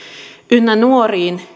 ynnä nuoriin